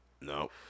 No